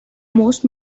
most